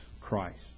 Christ